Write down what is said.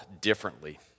differently